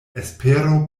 espero